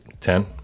ten